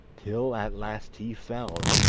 till at last he fell,